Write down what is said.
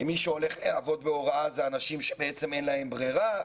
מי שהולך לעבוד בהוראה אלה אנשים שבעצם אין להם ברירה.